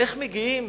איך מגיעים